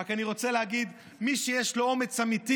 אני רק רוצה להגיד: מי שיש לו אומץ אמיתי,